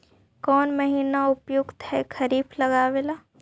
कौन महीना उपयुकत है खरिफ लगावे ला?